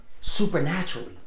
Supernaturally